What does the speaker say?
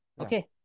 okay